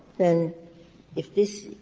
then if this